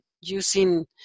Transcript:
using